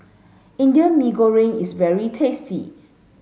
Indian Mee Goreng is very tasty